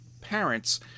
parents